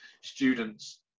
students